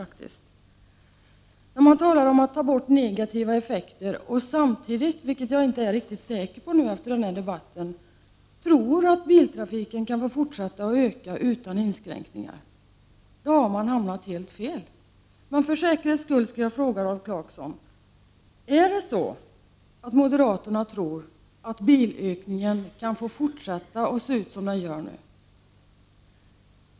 Det talas om att man skall ta bort negativa effekter samtidigt som man — efter den här debatten är jag inte riktigt säker på detta — tror att biltrafiken kan få fortsätta att öka utan inskränkningar. Då har man hamnat helt fel. För säkerhets skull skall jag fråga Rolf Clarkson: Tror moderaterna att bilökningen kan få fortsätta när den ser ut som den gör nu?